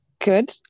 good